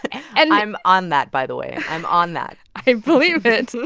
and. i'm on that, by the way. i'm on that i believe it.